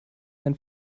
sein